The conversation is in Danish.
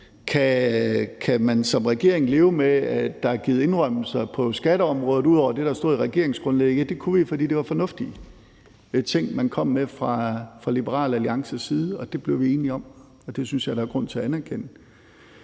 om man som regering kan leve med, at der er givet indrømmelser på skatteområder ud over det, der stod i regeringsgrundlaget, vil jeg sige: Ja, det kunne vi, fordi de var fornuftige ting, man kom med fra Liberal Alliances side, og det blev vi enige om, og det synes jeg der er grund til at anerkende.